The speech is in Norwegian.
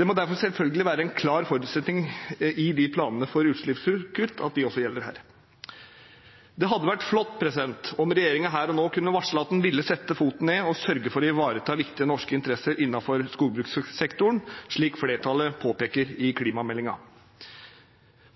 Det må derfor selvfølgelig være en klar forutsetning i planene for utslippskutt at de også gjelder her. Det hadde vært flott om regjeringen her og nå kunne varsle at den ville sette foten ned og sørge for å ivareta viktige norske interesser innenfor skogbrukssektoren, slik flertallet påpeker i klimameldingen.